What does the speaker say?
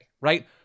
Right